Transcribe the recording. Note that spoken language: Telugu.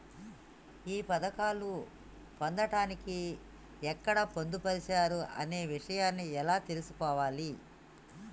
ఈ పథకాలు పొందడానికి ఎక్కడ పొందుపరిచారు అనే విషయాన్ని ఎలా తెలుసుకోవాలి?